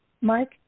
Mike